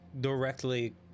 directly